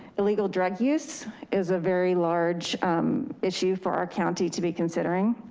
illegal drug use is a very large issue for our county to be considering,